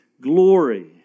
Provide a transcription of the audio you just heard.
glory